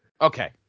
Okay